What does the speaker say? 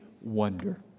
wonder